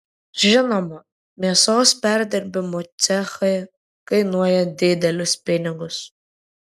žinoma mėsos perdirbimo cechai kainuoja didelius pinigus